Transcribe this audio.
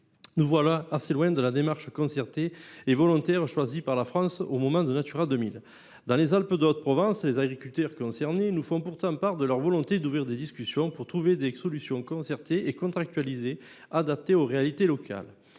Nous sommes assez loin de la démarche concertée et volontaire choisie par la France lors de la création du réseau Natura 2000. Dans les Alpes de Haute Provence, les agriculteurs concernés nous font pourtant part de leur volonté d’ouvrir des discussions pour trouver des solutions concertées et contractualisées, adaptées aux réalités locales.